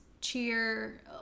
cheer